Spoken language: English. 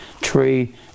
tree